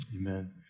Amen